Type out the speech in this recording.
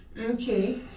Okay